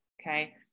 Okay